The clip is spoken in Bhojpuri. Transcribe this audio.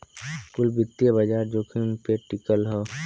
कुल वित्तीय बाजार जोखिम पे टिकल हौ